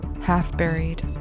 half-buried